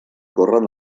corren